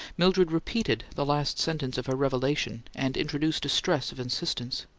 mildred repeated the last sentence of her revelation, and introduced a stress of insistence.